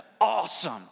awesome